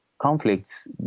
conflicts